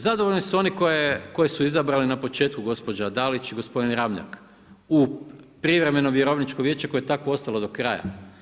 Zadovoljni su oni koje su izabrali na početku gospođa Dalić i gospodin Ramljak u privremeno Vjerovničko vijeće koje je takvo ostalo do kraja.